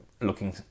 looking